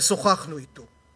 ושוחחנו אתו.